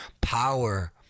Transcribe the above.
power